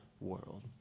world